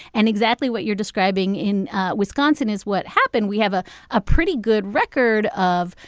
and exactly what you're describing in wisconsin is what happened. we have ah a pretty good record of,